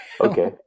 Okay